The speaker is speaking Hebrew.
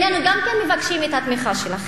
גם כן איננו מבקשים את התמיכה שלכם.